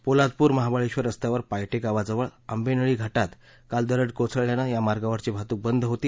पोलादपूर महावळेश्वर रस्त्यावर पायटे गावाजवळ आंबेनळी घाटात काल दरड कोसळल्यानं या मार्गावरची वाहतूक बंद झाली होती